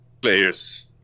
players